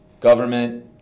government